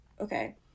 okay